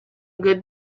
good